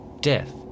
death